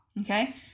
okay